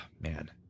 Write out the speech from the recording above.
man